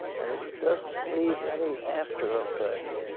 and it doesn't leave any after-effect.